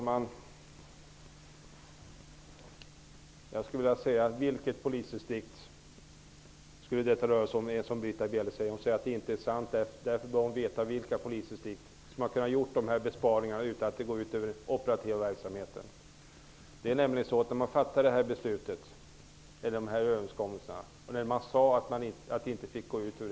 Herr talman! Vilket polisdistrikt skulle det röra sig om? Britta Bjelle säger att det jag säger inte är sant. Då bör hon veta vilka polisdistrikt som har kunnat göra dessa besparingar utan att det går ut över den operativa verksamheten. När dessa överenskommelser träffades sades att besparingarna inte fick gå ut över den operativa verksamheten.